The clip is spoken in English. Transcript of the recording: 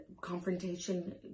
confrontation